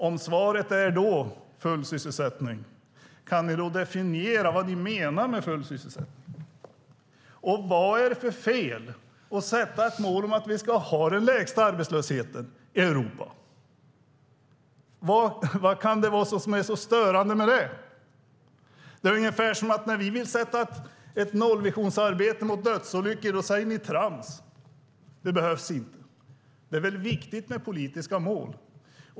Om svaret är full sysselsättning, kan ni då definiera vad ni menar med full sysselsättning? Och vad är det för fel med att sätta ett mål att vi ska ha den lägsta arbetslösheten i Europa? Vad är det som är så störande med det? Det är ungefär som när vi vill ha ett nollvisionsarbete mot dödsolyckor och ni säger att det är trams och inte behövs. Det är viktigt med politiska mål.